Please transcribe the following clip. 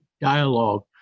dialogue